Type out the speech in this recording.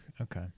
okay